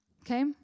Okay